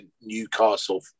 Newcastle